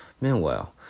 Meanwhile